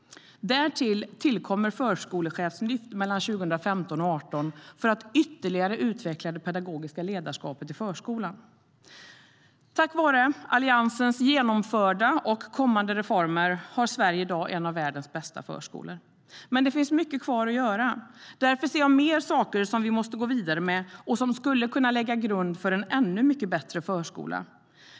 Därtill kommer ett förskolechefslyft mellan 2015 och 2018 för att ytterligare utveckla det pedagogiska ledarskapet i förskolan. Tack vare Alliansens genomförda och kommande reformer har Sverige i dag en av världens bästa förskolor. Men det finns fortfarande mycket kvar att göra. Därför ser jag mer saker som vi måste gå vidare med och som skulle lägga grund för en ännu bättre förskola.